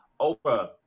Oprah